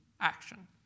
action